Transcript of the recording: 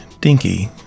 Dinky